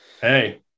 hey